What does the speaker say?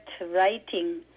writing